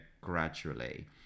gradually